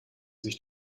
sich